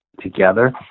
together